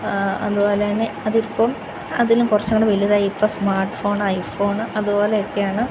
അതുപോലെതന്നെ അതിപ്പം അതിലും കുറച്ചുകൂടി വലുതായി ഇപ്പം സ്മാർട്ട് ഫോൺ ഐഫോൺ അതുപോലെയൊക്കെയാണ്